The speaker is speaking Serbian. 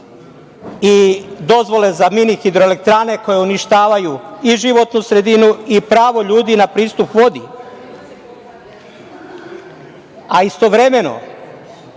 i dozvole za mini hidroelektrane koje uništavaju i životnu sredinu i pravo ljudi na pristup vodi, a istovremeno